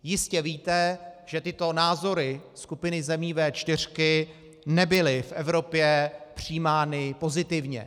Jistě víte, že tyto názory skupiny zemí V4 nebyly v Evropě přijímány pozitivně.